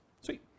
Sweet